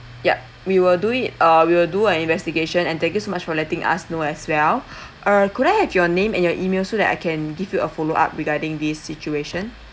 yup we will do it uh we will do an investigation and thank you so much for letting us know as well uh could I have your name and your email so that I can give you a follow up regarding this situation